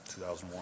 2001